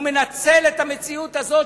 הוא מנצל את המציאות הזאת,